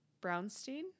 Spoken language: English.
Brownstein